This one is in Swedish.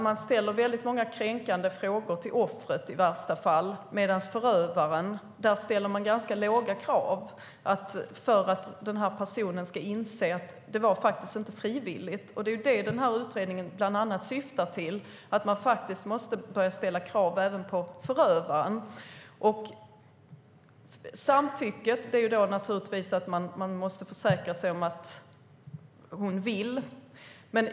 Man ställer många kränkande frågor till offret i värsta fall, medan man ställer ganska låga krav när det gäller att förövaren ska inse att det faktiskt inte var frivilligt. Det som utredningen bland annat syftar till är att man måste börja ställa krav även på förövaren. När det gäller samtycke måste man försäkra sig om att hon vill.